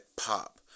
pop